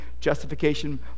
justification